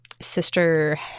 sister